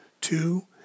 Two